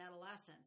adolescence